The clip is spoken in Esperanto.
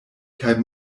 kaj